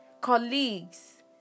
colleagues